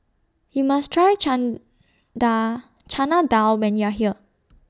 YOU must Try Dal Chana Dal when YOU Are here